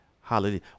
hallelujah